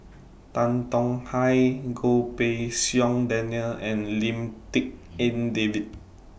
Tan Tong Hye Goh Pei Siong Daniel and Lim Tik En David